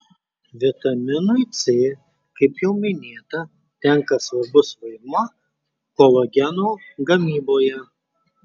vitaminui c kaip jau minėta tenka svarbus vaidmuo kolageno gamyboje